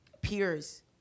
peers